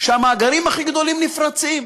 שהמאגרים הכי גדולים נפרצים.